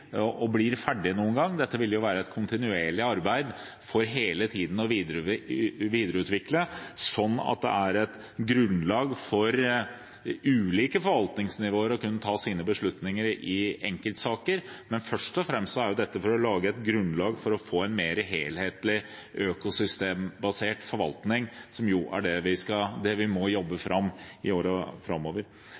og blir ferdig noen gang, dette vil være et kontinuerlig arbeid, for hele tiden å videreutvikle det, sånn at det er et grunnlag for ulike forvaltningsnivåer til å kunne ta sine beslutninger i enkeltsaker. Men først og fremst er dette for å lage et grunnlag for å få en mer helhetlig, økosystembasert forvaltning, som er det vi må jobbe fram i årene framover.